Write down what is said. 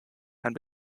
and